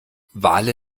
wale